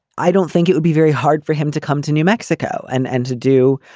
i don't think it would be very hard for him to come to new mexico and and to do,